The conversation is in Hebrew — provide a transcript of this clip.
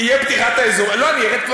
תהיה פתיחת אזורים?